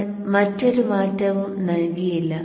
നമ്മൾ മറ്റൊരു മാറ്റവും നൽകിയില്ല